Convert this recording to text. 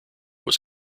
was